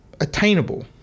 Attainable